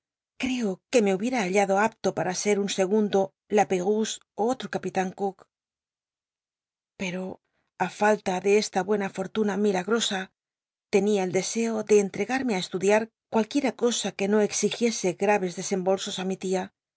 ceo que me hubicm hallado apto pal'a ser un segundo lapeyrouse tí otro co pero ü falla de esta buena fotluna milagosa tenia el deseo ele cntregatme á estudiar cualquiera cosa que no exigiese gt i'cs desembolsos mi tia